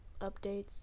updates